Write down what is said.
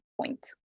point